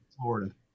Florida